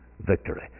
victory